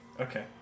Okay